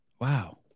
wow